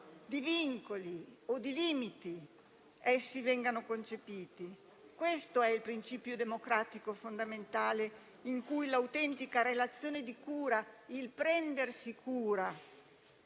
di vincoli o di limiti essi vengano concepiti. Questo è il principio democratico fondamentale in cui l'autentica relazione di cura, il prendersi cura